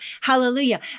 Hallelujah